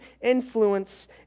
influence